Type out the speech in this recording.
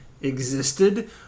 existed